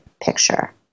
picture